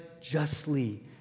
justly